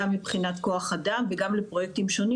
גם מבחינת כוח אדם וגם לפרויקטים שונים